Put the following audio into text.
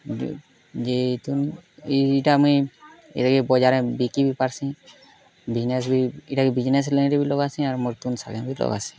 ହେଟୁ ଯେ ଏ ତୁନ୍ ଏ ଇଟା ମୁଇଁ ଏଦିଗେ ବଜାରେଁ ବିକି ବି ପାରସିଁ ବିଜନେସ୍ ବି ଇଟାକେ ବିଜନେସ୍ ଲାଇନ୍ରେ ବି ଲଗାସିଁ ଆର୍ ମୋର୍ ତୁଣ୍ ଶାଗେଁ ବି ଲଗାସିଁ